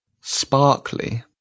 sparkly